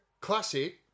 classic